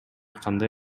кандай